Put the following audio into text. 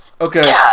Okay